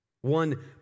One